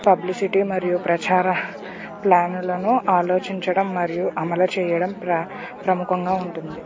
publicity మరియు ప్రచార ప్లానులను ఆలోచించడం మరియు అమలు చేయడం ప్ర ప్రముఖంగా ఉంటుంది